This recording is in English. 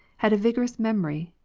had a vigorous memory,